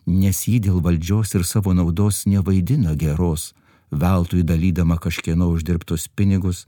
nes ji dėl valdžios ir savo naudos nevaidina geros veltui dalydama kažkieno uždirbtus pinigus